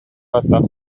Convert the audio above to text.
ааттаах